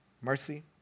mercy